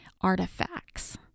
artifacts